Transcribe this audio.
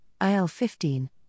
IL-15